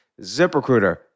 ZipRecruiter